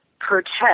protect